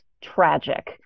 tragic